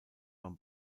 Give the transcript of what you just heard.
beim